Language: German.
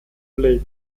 lake